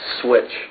switch